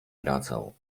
wracał